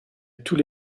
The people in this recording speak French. tous